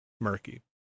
Murky